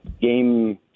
Game